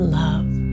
love